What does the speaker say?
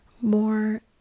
more